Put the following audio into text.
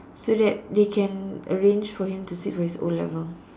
so that they can arrange for him to sit for his O-level